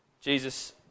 Jesus